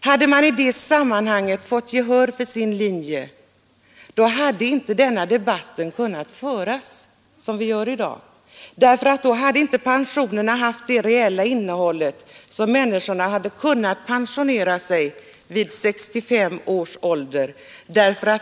Hade han i det sammanhanget fått gehör för sin linje, hade inte den debatt kunnat föras som ni för här i dag, ty då hade inte pensionerna haft det reella innehållet att människorna kunnat pensionera sig vid 65 års ålder.